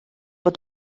bod